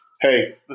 Hey